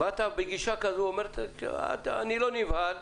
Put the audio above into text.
באת בגישה כזו ואמרת: אני לא נבהל,